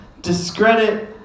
discredit